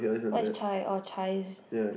what is chai oh chives